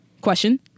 Question